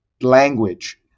language